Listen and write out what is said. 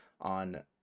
on